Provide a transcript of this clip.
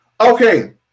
Okay